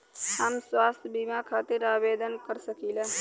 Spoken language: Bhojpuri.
हम स्वास्थ्य बीमा खातिर आवेदन कर सकीला?